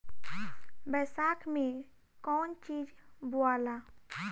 बैसाख मे कौन चीज बोवाला?